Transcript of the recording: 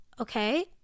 okay